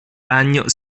ragno